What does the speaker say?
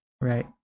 Right